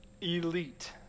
elite